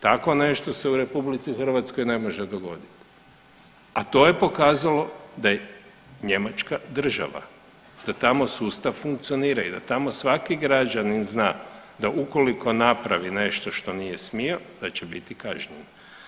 Tako nešto se u RH ne može dogoditi, a to je pokazalo da je Njemačka država, da tamo sustav funkcionira i da tamo svaki građanin zna da ukoliko napravi nešto što nije smio da će biti kažnjen.